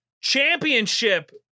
Championship